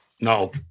No